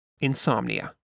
Insomnia